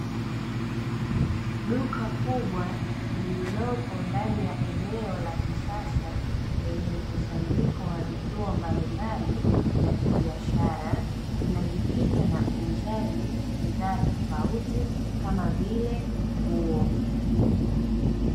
Duka kubwa lililopo ndani ya eneo la kisasa lenye mkusanyiko wa vituo mbalimbali vya kibiashara, inajikita na uuzaji bidhaa tofauti kama vile nguo.